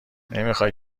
نمیخای